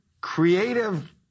creative